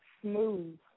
Smooth